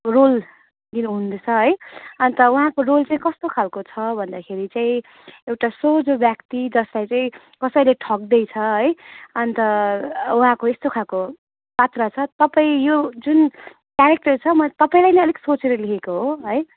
role लिनु हुँदैस है अन्त उहाँको रोल चाहिँ कस्तो खालको छ भन्दाखेरि चाहिँ एउटा सोझो व्यक्ति जसलाई चाहिँ कसैले ठग्दैछ है अन्त उहाँको यस्तो खालको पात्र छ तपाईँ यो जुन क्यारेक्टर छ मैले तपाईँलाई नै अलिक सोचेर लेखेको हो है